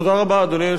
אדוני היושב-ראש,